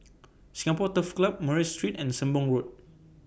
Singapore Turf Club Murray Street and Sembong Road